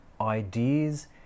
Ideas